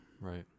Right